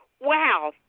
wow